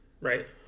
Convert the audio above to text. Right